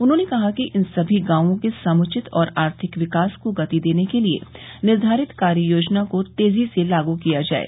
उन्होंने कहा कि इन सभी गांवों के समुचित और आर्थिक विकास को गति देने के लिये निर्धारित कार्य योजना को तेज़ी से लागू किया जाये